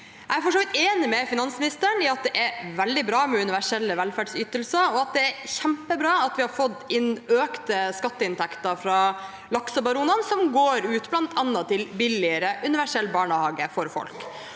Jeg er for så vidt enig med finansministeren i at det er veldig bra med universelle velferdsytelser, og at det er kjempebra at vi har fått inn økte skatteinntekter fra laksebaronene, som bl.a. går ut til billigere universell barnehage for folk.